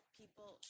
people